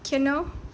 you know